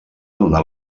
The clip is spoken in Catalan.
donar